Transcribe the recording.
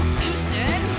Houston